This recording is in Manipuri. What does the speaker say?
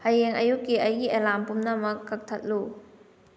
ꯍꯌꯦꯡ ꯑꯌꯨꯛꯀꯤ ꯑꯩꯒꯤ ꯑꯦꯂꯥꯝ ꯄꯨꯝꯅꯃꯛ ꯀꯛꯊꯠꯂꯨ